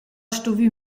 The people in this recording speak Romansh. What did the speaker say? stuvü